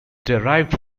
derived